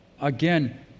Again